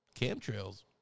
Camtrails